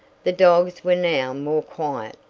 the dogs were now more quiet,